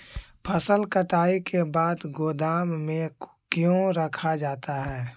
फसल कटाई के बाद गोदाम में क्यों रखा जाता है?